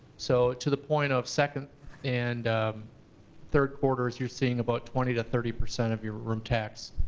so to the point of second and third quarters, you're seeing about twenty to thirty percent of your room tax.